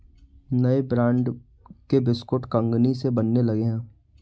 नए ब्रांड के बिस्कुट कंगनी से बनने लगे हैं